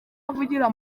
avugira